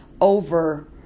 over